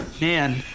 man